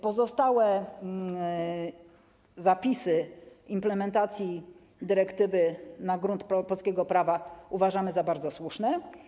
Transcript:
Pozostałe zapisy implementacji dyrektywy na grunt polskiego prawa uważamy za bardzo słuszne.